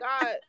God